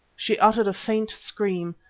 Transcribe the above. she uttered a faint scream,